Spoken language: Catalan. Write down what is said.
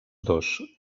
dos